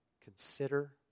Consider